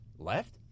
Left